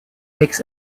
makes